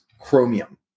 chromium